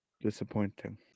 Disappointing